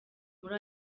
muri